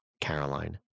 Caroline